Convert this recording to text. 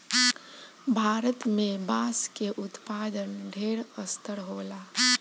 भारत में बांस के उत्पादन ढेर स्तर होला